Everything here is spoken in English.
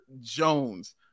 Jones